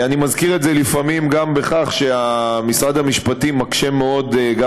אני מזכיר את זה לפעמים גם בכך שמשרד המשפטים מקשה מאוד גם